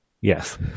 Yes